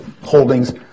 holdings